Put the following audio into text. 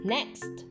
Next